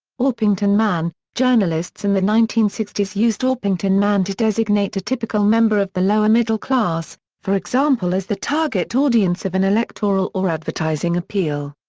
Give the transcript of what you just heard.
orpington man journalists in the nineteen sixty s used orpington man to designate a typical member of the lower middle class, for example as the target audience of an electoral or advertising appeal.